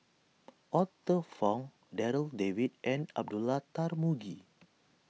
Arthur Fong Darryl David and Abdullah Tarmugi